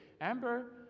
Amber